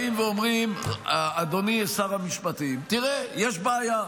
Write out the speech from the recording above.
באים ואומרים: אדוני שר המשפטים, תראה, יש בעיה,